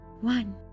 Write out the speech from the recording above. One